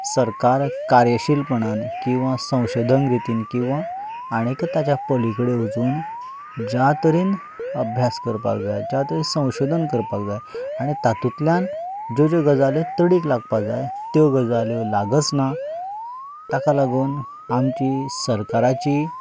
सरकार कार्यशीलपणान किंवा संशोधन रितीन किंवा आनी ताच्या पली कडेन वचून ज्या तरेन अभ्यास करपाक जाय ज्या तरे संशोधन करपाक जाय आनी तातुंतल्यान ज्यो ज्यो गजाल्यो तडीक लागपाक जाय त्यो गजाल्यो लागच ना ताका लागून आमची सरकाराची